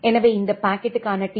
எனவே இந்த பாக்கெட்டுக்கான டி